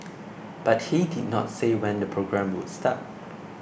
but he did not say when the programme would start